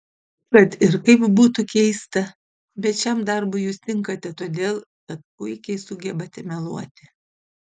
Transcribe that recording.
kad ir kaip būtų keista bet šiam darbui jūs tinkate todėl kad puikiai sugebate meluoti